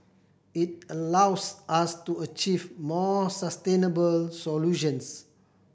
it allows us to achieve more sustainable solutions